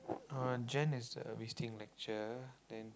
uh Jan is uh we still in lecture then